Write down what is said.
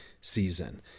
season